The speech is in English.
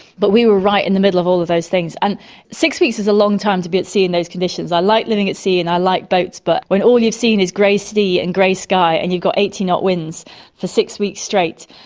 but we were right in the middle of all of those things. and six weeks is a long time to be at sea in those conditions. i like living at sea and i like boats, but when all you've seen is grey sea and grey sky and you've got eighteen knot winds for six weeks straight,